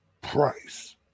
price